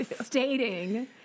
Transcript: stating